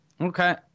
Okay